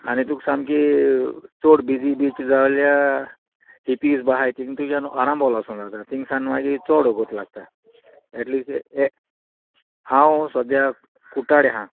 आनी तुका सामकी चड बिजी बीच जाय जाल्यार हिप्पीस बा आहाय थिंगा तुज्यान आरांबोल वोसो लागता थिंगा सान मागीर चड वोगोत लागता एटलीस्ट ये हांव सोद्या कुट्टाडे आहा